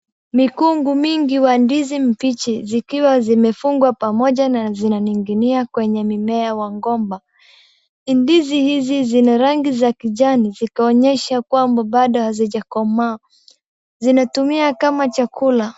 Mikungu mingi wa ndizi mfiche zikiwa zimefungwa pamoja na zinaning'inia kwenye mmea wa gomba, ndizi hizi ni rangi za kijani zikaonyesha kwamba bado hazijakomaa, zinatumia kama chakula.